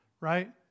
right